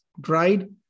dried